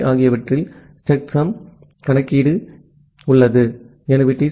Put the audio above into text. B ஆகியவற்றில் checksum கணக்கீடு எனவே டி